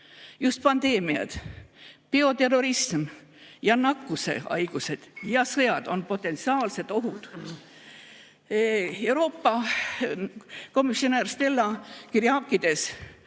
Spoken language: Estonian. Just pandeemiad, bioterrorism, nakkushaigused ja sõjad on potentsiaalsed ohud. Euroopa komisjonär Stella Kyriakides